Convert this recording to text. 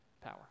power